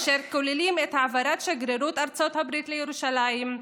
אשר כוללים את העברת שגרירות ארצות הברית לירושלים,